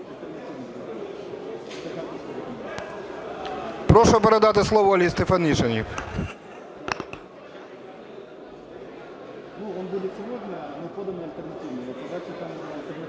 Прошу передати слово Ользі Стефанишиній.